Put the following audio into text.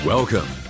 Welcome